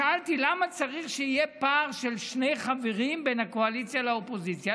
שאלתי למה צריך שיהיה פער של שני חברים בין הקואליציה לאופוזיציה,